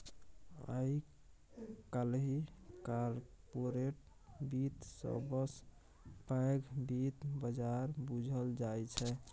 आइ काल्हि कारपोरेट बित्त सबसँ पैघ बित्त बजार बुझल जाइ छै